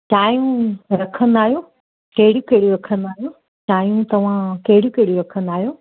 चांयूं रखंदा आहियो कहिड़ियूं कहिड़ियूं रखंदा आहियो चांयूं तव्हां कहिड़ियूं कहिड़ियूं रखंदा आहियो